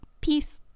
Peace